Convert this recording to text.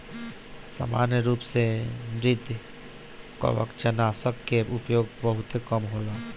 सामान्य रूप से मृदुकवचनाशक के उपयोग बहुते कम होला